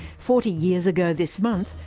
forty years ago this month,